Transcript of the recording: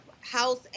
house